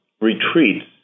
retreats